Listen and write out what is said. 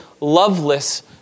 loveless